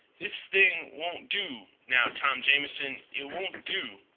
this thing won't do, now, tom jamison. it won't do.